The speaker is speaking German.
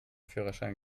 führerschein